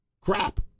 crap